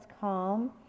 calm